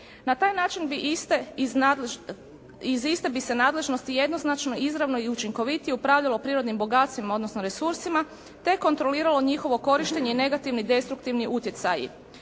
Na taj način iz iste bi se nadležnosti jednoznačno, izravno i učinkovitije upravljalo prirodnim bogatstvima, odnosno resursima te kontroliralo njihovo korištenje i negativni i destruktivni utjecaji.